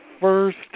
first